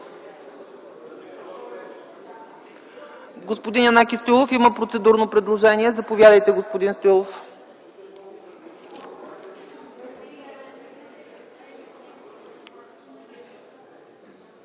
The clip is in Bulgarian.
Господин Стоилов има процедурно предложение. Заповядайте, господин Стоилов.